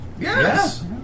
Yes